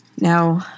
now